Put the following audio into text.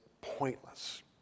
pointless